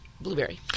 blueberry